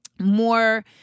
more